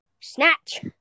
snatch